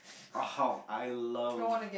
oh I love